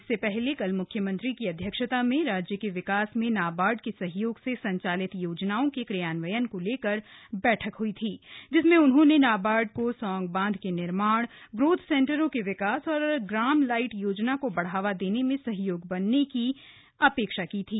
इससे पहले कल म्ख्यमंत्री की अध्यक्षता में राज्य के विकास में नाबार्ड के सहयोग से संचालित योजनाओं के क्रियान्वयन को लेकर बैठक हई थी जिसमें उन्होंने नाबार्ड को सौंग बांध के निर्माण ग्रोथ सेन्टरों के विकास और ग्राम लाइट योजना को बढ़ावा देने में सहयोगी बनने की अपेक्षा की थी